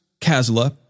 Kazla